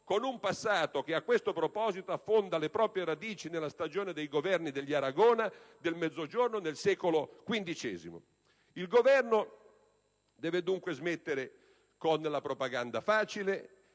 con un passato che, a questo proposito, affonda le proprie radici nella stagione dei governi del Mezzogiorno degli Aragona, nel secolo XV. Il Governo deve dunque smettere con la propaganda facile